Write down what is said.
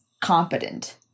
competent